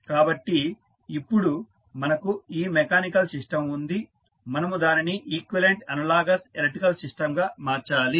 కాబట్టి ఇప్పుడు మనకు ఈ మెకానికల్ సిస్టం ఉంది మనము దానిని ఈక్వివలెంట్ అనలాగస్ ఎలక్ట్రికల్ సిస్టంగా మార్చాలి